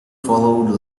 followed